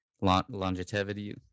longevity